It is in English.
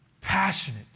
passionate